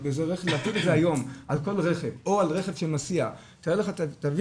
להתקין את זה היום על כל רכב או על רכב שמסיע תבין,